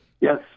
yes